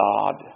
God